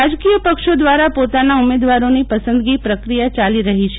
રાજકીયપક્ષો દ્વારા પોતાના ઉમેદવારોની પસંદગી પ્રક્રિયા ચાલી રહી છે